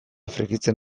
frijitzen